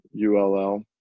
ULL